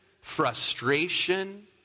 frustration